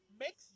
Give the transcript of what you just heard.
mix